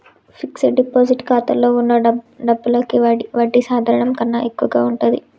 fixed deposit ఖాతాలో వున్న డబ్బులకి వడ్డీ సాధారణం కన్నా ఎక్కువగా ఉంటది